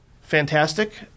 Fantastic